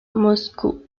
moscou